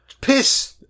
Piss